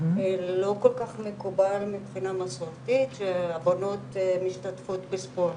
לא כל כך מקובל מבחינה מסורתית שלבנות משתתפות בספורט,